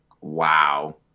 Wow